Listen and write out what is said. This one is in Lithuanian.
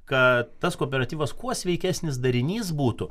kad tas kooperatyvas kuo sveikesnis darinys būtų